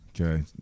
Okay